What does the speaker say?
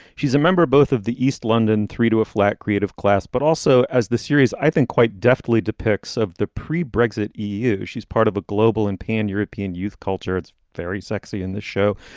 she's a member both of the east london three to a flat creative class, but also as the series, i think, quite deftly depicts of the pre brexit eu. she's part of a global and pan-european youth culture. it's very sexy. in the show,